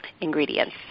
ingredients